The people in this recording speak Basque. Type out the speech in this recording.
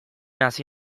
hasi